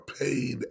paid